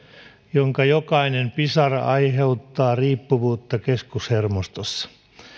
jonka jokainen pisara aiheuttaa riippuvuutta keskushermostossa